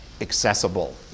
accessible